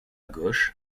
gauche